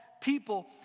people